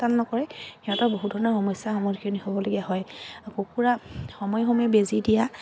নকৰে সিহঁতৰ বহু ধৰণৰ সমস্যাৰ সন্মুখীন হ'বলগীয়া হয় কুকুৰা সময়ে সময়ে বেজী দিয়া